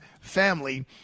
family